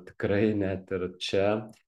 tikrai net ir čia